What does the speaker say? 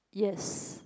yes